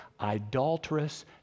idolatrous